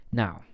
now